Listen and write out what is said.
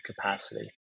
capacity